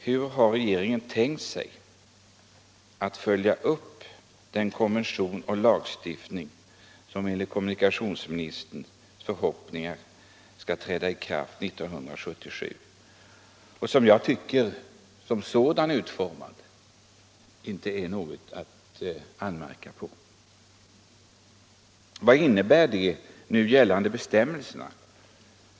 Hur har då regeringen tänkt sig att följa upp den konvention som enligt kommunikationsministerns förhoppningar skall träda i kraft 1977, och vars utformning jag tycker att det inte finns något att anmärka på? Vad innebär de nu gällande bestämmelserna?